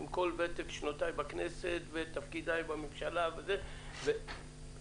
עם כל ותק שנותיי בכנסת ותפקידיי בממשלה ושלל